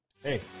Hey